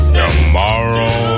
tomorrow